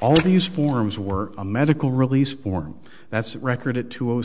all these forms were a medical release form that's that record it to